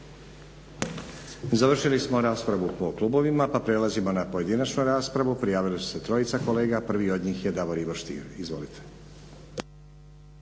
Završili smo raspravu po klubovima, pa prelazimo na pojedinačnu raspravu. Prijavili su se trojica kolega. Prvi od njih je Davor Ivo Stier, izvolite.